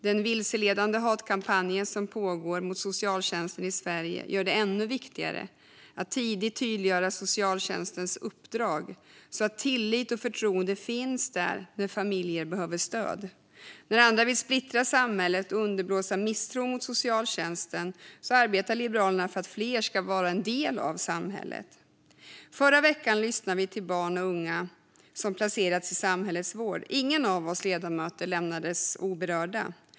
Den vilseledande hatkampanj som pågår mot socialtjänsten i Sverige gör det ännu viktigare att tidigt tydliggöra socialtjänstens uppdrag, så att tillit och förtroende finns där när familjer behöver stöd. När andra vill splittra samhället och underblåsa misstron mot socialtjänsten arbetar Liberalerna för att fler ska vara en del av samhället. Förra veckan lyssnade vi till barn och unga som placerats i samhällets vård. Ingen av oss ledamöter lämnades oberörd.